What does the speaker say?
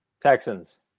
Texans